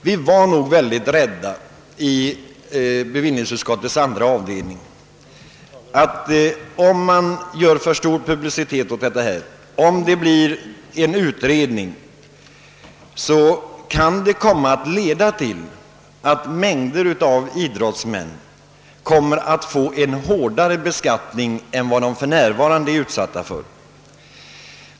Vi var nog i bevillingsutskottets andra avdelning rädda för att en stor publicitet kring en eventuell utredning kunde komma att leda till att mängder av idrottsmän finge en hårdare beskattning än de för närvarande har.